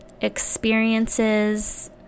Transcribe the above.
experiences